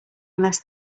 unless